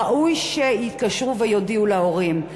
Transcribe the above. ראוי שיתקשרו ויודיעו להורים.